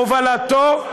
בהובלתו,